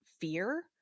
fear